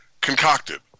concocted